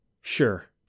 sure